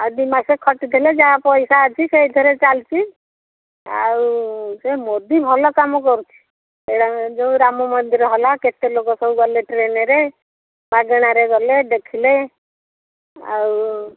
ଆଉ ଦୁଇ ମାସେ ଖଟିଥିଲେ ଯାହା ପଇସା ଅଛି ସେଇଥିରେ ଚାଲିଛି ଆଉ ସେ ମୋଦି ଭଲ କାମ କରୁଛି ଯୋଉ ରାମ ମନ୍ଦିର ହେଲା କେତେ ଲୋକ ସବୁ ଗଲେ ଟ୍ରେନ୍ରେ ମାଗେଣାରେ ଗଲେ ଦେଖିଲେ ଆଉ